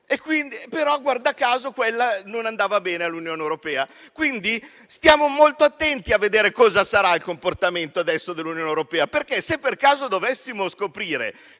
però, guarda caso, quella non andava bene all'Unione europea. Stiamo molto attenti quindi a vedere quale sarà adesso il comportamento dell'Unione europea, perché, se per caso dovessimo scoprire